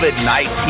COVID-19